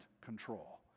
control